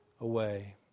away